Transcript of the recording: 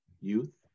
youth